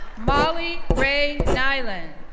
molly rae nylen,